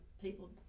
people